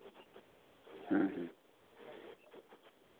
ᱦᱮᱸ ᱦᱮᱸ